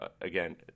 again